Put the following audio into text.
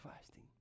fasting